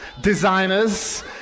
designers